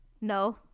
no